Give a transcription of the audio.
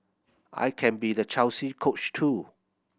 I can be the Chelsea Coach too